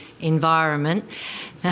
Environment